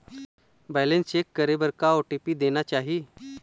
Balance check करे बर का ओ.टी.पी देना चाही?